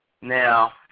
Now